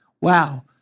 wow